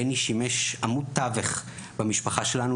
בני שימש עמוד טווח במשפחה שלנו,